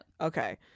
Okay